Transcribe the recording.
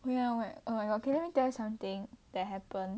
well yeah oh my god okay let me tell you something that happened